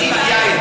טיבייב?